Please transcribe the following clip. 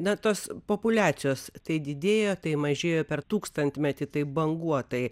na tos populiacijos tai didėjo tai mažėjo per tūkstantmetį taip banguotai